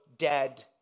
dead